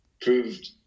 proved